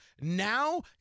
now